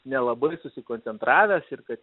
nelabai susikoncentravęs ir kad